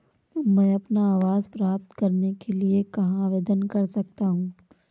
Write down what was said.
मैं अपना आवास प्राप्त करने के लिए कहाँ आवेदन कर सकता हूँ?